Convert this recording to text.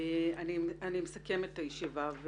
אני מסכמת את הישיבה.